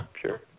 sure